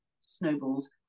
snowballs